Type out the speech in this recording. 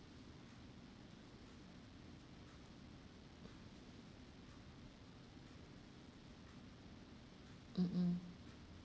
mm mm